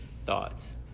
Thoughts